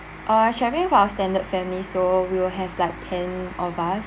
uh we're travelling with our extended family so we will have like ten of us